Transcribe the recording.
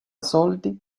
soldi